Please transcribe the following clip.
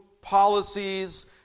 policies